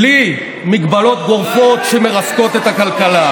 בלי הגבלות גורפות שמרסקות את הכלכלה.